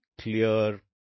clear